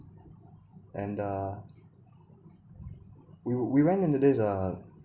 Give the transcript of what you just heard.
and uh we we went into this uh